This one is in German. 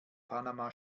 panama